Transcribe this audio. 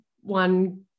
one